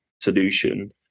solution